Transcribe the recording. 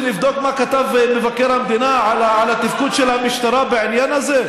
שנבדוק מה כתב מבקר המדינה על התפקוד של המשטרה בעניין הזה?